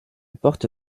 porte